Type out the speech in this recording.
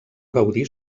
gaudir